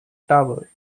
tower